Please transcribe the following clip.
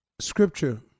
Scripture